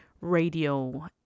radio